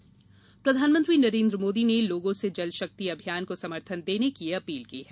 जलशक्ति अभियान प्रधानमंत्री नरेन्द्र मोदी ने लोगों से जल शक्ति अभियान को समर्थन देने की अपील की है